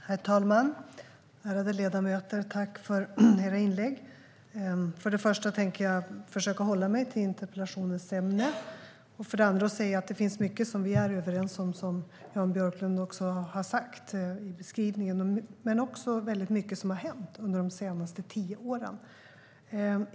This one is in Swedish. Herr talman! Ärade ledamöter! Tack för era inlägg! För det första tänker jag försöka hålla mig till interpellationens ämne. För det andra finns det mycket som vi är överens om, som Jan Björklund också har sagt. Det har hänt väldigt mycket under de senaste tio åren.